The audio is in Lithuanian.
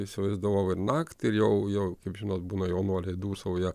įsivaizdavau ir naktį ir jau jau kaip žinot būna jaunuoliai dūsauja